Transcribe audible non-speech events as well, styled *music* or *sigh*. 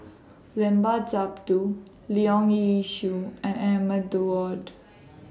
Limat Sabtu *noise* Leong Yee Soo and Ahmad Daud